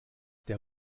der